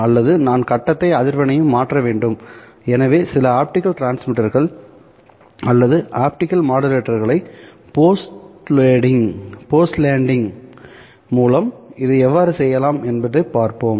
அல்லது நான் கட்டத்தையும் அதிர்வெண்ணையும் மாற்ற வேண்டும் எனவே சில ஆப்டிகல் டிரான்ஸ்மிட்டர்கள் அல்லது ஆப்டிகல் மாடுலேட்டர்களை போஸ்டுலேட்டிங் மூலம் இதை எவ்வாறு செய்யலாம் என்று பார்ப்போம்